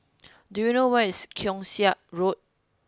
do you know where is Keong Saik Road